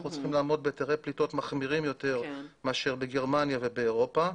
אנחנו צריכים לעמוד בהיתרי פליטות מחמירים יותר מאשר בגרמניה ובאירופה.